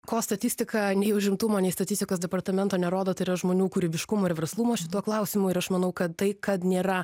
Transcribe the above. ko statistika nei užimtumo nei statistikos departamento nerodo tai yra žmonių kūrybiškumo ir verslumo šituo klausimu ir aš manau kad tai kad nėra